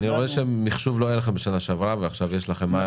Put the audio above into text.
אני רואה שהוצאות מחשוב לא היו לכם בשנה שעברה ועכשיו יש לכם.